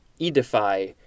edify